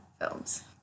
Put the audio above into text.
films